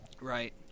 right